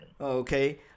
Okay